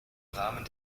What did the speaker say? rahmen